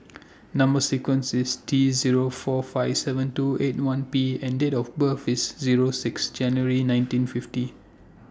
Number sequence IS T Zero four five seven two eight one B and Date of birth IS Zero six January nineteen fifty